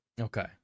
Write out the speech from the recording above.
Okay